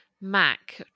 Mac